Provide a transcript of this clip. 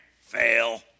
fail